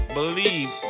Believe